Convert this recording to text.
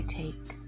take